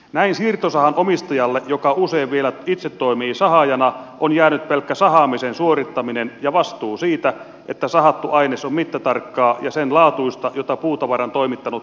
näin siirtosahan omistajalle joka usein vielä itse toimii sahaajana on jäänyt pelkkä sahaamisen suorittaminen ja vastuu siitä että sahattu aines on mittatarkkaa ja sen laatuista jota puutavaran toimittanut henkilö on tilannut